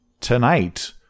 tonight